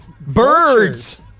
birds